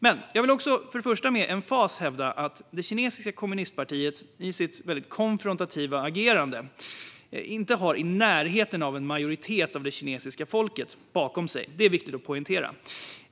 Till att börja med vill jag dock med emfas hävda att det kinesiska kommunistpartiet, i sitt konfrontativa agerande, inte är i närheten av att ha en majoritet av det kinesiska folket bakom sig. Det är viktigt att poängtera det.